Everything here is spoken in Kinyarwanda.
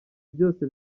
byose